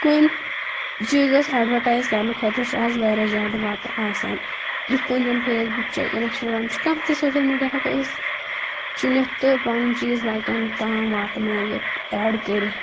کُنہِ چیٖزَس ایٚڈوَٹایز کرنہٕ خٲطرٕ چھِ آز واریاہ زیادٕ وَتہٕ آسان یِتھ پٲٹھۍ زَنہٕ فیس بُک چھِ اِنٛنَسٹاگرام چھُ کانٛہہ تہِ سوشَل میڈیا ہیٚکَو أسۍ چُنِتھ تہٕ پَنُن چیٖز باقِیَن تام واتٕنٲیِتھ ایٚڈ کٔرِتھ